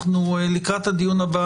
לקראת הדיון הבא,